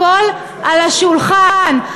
הכול על השולחן.